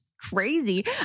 crazy